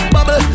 Bubble